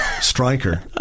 striker